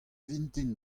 vintin